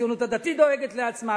הציונות הדתית דואגת לעצמה,